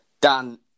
Dan